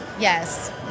Yes